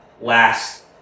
last